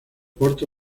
porta